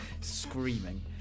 Screaming